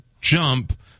jump